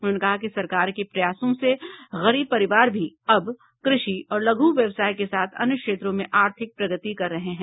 उन्होंने कहा कि सरकार के प्रयासों से गरीब परिवार भी अब कृषि और लघु व्यवसाय के साथ अन्य क्षेत्रों में आर्थिक प्रगति कर रहे हैं